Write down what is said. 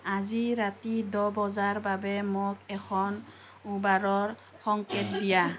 আজি ৰাতি দহ বজাৰ বাবে মোক এখন উবেৰৰ সংকেত দিয়া